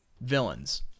villains